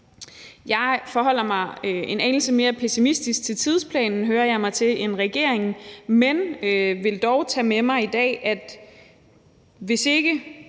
Jeg forholder mig en anelse mere pessimistisk til tidsplanen, hører jeg mig til, end regeringen, men vil dog tage med mig i dag, at hvis der